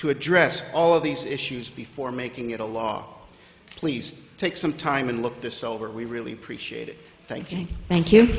to address all of these issues before making it a law please take some time and look this over we really appreciate it thank you thank you